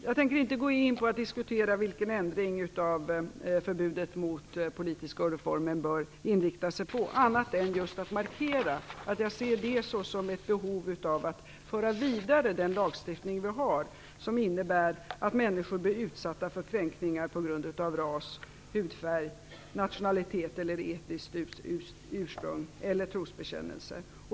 Fru talman! Jag tänker inte diskutera vilken ändring av förbudet mot politiska uniformer som vi bör inrikta oss på. Jag vill bara markera att det finns ett behov av att föra vidare den lagstiftning vi har mot att människor blir utsatta för kränkningar på grund av ras, hudfärg, nationalitet, etniskt ursprung eller trosbekännelse.